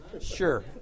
Sure